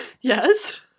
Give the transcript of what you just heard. yes